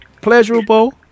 pleasurable